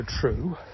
true